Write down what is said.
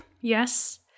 Yes